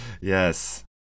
Yes